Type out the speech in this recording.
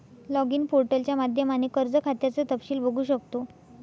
login पोर्टलच्या माध्यमाने कर्ज खात्याचं तपशील बघू शकतो